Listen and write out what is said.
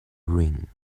rain